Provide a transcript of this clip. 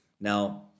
Now